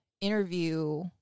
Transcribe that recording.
interview